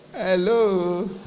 Hello